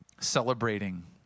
celebrating